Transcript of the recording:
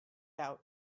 out